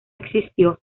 existió